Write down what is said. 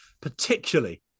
particularly